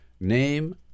Name